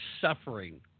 suffering